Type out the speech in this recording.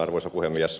arvoisa puhemies